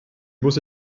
muss